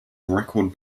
record